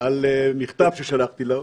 על מכתב ששלחתי לו,